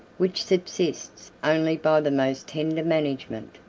which subsists only by the most tender management.